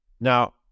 Now